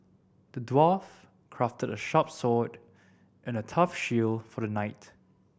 the dwarf crafted a sharp sword and a tough shield for the knight